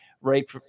right